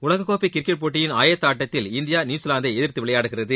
உலகக் கோப்பை கிரிக்கெட் போட்டியின் ஆயத்த ஆட்டத்தில் இந்தியா நியூசிலாந்தை எதிர்த்து விளையாடுகிறது